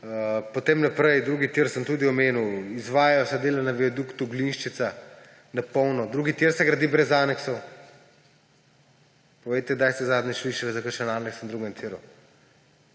Potem naprej, drugi tir sem tudi omenil, izvajajo se dela na viaduktu Glinščica na polno, drugi tir se gradi brez aneksov. Povejte, kdaj ste zadnjič slišali za kakšen aneks na drugem tiru.